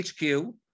HQ